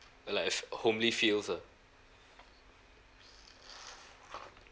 like uh homely feels ah